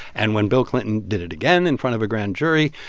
and when bill clinton did it again in front of a grand jury,